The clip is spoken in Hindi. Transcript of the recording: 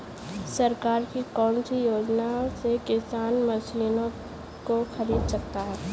सरकार की कौन सी योजना से किसान मशीनों को खरीद सकता है?